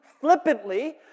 flippantly